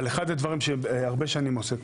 אבל אחד הדברים שהרבה שנים עושה.